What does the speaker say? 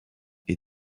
est